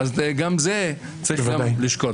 גם את זה צריך לשקול.